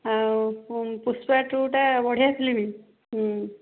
ଆଉ ପୁଷ୍ପା ଟୁଟା ବଢ଼ିଆ ଫିଲ୍ମ